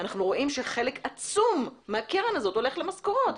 אנחנו רואים חלק עצום מהקרן הזאת הולך למשכורות.